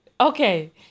Okay